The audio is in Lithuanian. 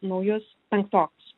naujus penktokus